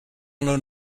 known